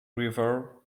river